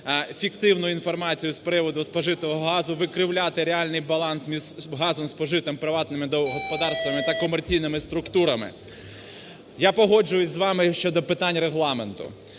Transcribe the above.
фіктивну інформацію з приводу спожитого газу, викривляти реальний баланс між газом спожитим приватними господарства та комерційними структурами. Я погоджуюсь з вами щодо питань Регламенту.